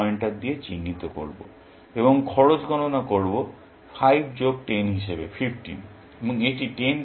আমি পয়েন্টার দিয়ে চিহ্নিত করব এবং খরচ গণনা করব 5 যোগ 10 হিসাবে 15 এবং এটি 10 প্লাস 10 20